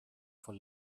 vor